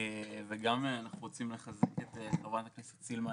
וגם אנחנו רוצים לחזק את חברת הכנסת סילמן